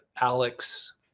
Alex